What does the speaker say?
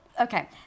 okay